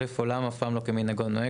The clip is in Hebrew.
העולם אף פעם לא כמנהגו נוהג.